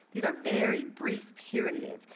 these are very brief periods.